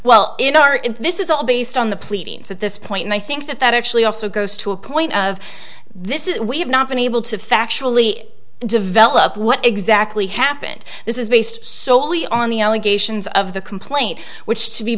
well in our in this is all based on the pleadings at this point and i think that that actually also goes to a point of this is we have not been able to factually develop what exactly happened this is based solely on the allegations of the complaint which to be